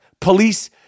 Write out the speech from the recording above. police